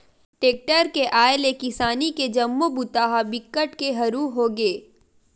tractor के आए ले किसानी के जम्मो बूता ह बिकट के हरू होगे